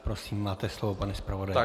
Prosím, máte slovo, pane zpravodaji.